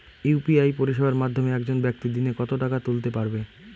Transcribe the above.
UPI পরিষেবার মাধ্যমে একজন ব্যাক্তি দিনে কত টাকা তুলতে পারবে?